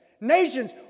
nations